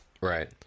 Right